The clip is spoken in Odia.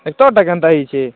ତୋର୍ଟା କେନ୍ତା ହେଇଛେ